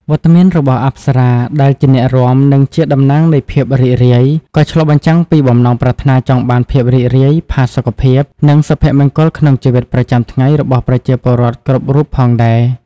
វត្តមានរបស់អប្សរាដែលជាអ្នករាំ និងជាតំណាងនៃភាពរីករាយ ក៏ឆ្លុះបញ្ចាំងពីបំណងប្រាថ្នាចង់បានភាពរីករាយ ផាសុកភាព និងសុភមង្គលក្នុងជីវិតប្រចាំថ្ងៃរបស់ប្រជាពលរដ្ឋគ្រប់រូបផងដែរ។